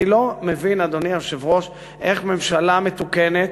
אני לא מבין, אדוני היושב-ראש, איך ממשלה מתוקנת